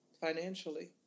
financially